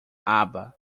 aba